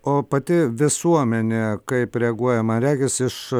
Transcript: o pati visuomenė kaip reaguojama regis iš